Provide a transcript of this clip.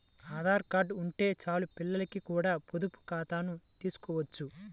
Aadhaar card ఉంటే చాలు పిల్లలకి కూడా పొదుపు ఖాతాను తీసుకోవచ్చు